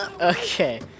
Okay